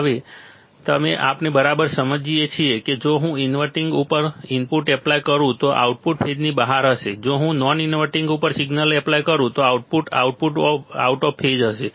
તેથી હવે આપણે બરાબર સમજીએ છીએ કે જો હું ઇનવર્ટિંગ ઉપર ઇનપુટ એપ્લાય કરું તો આઉટપુટ ફેઝની બહાર હશે જો હું નોન ઇન્વર્ટીંગ ઉપર સિગ્નલ એપ્લાય કરું તો આઉટપુટ આઉટ ઓફ ફેઝ હશે